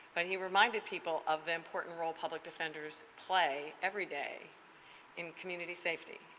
but he reminded people of the important role public defenders play every day in community safety.